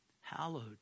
Hallowed